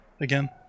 again